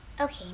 Okay